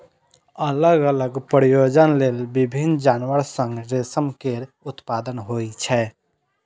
अलग अलग प्रयोजन लेल विभिन्न जानवर सं रेशम केर उत्पादन होइ छै